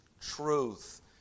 truth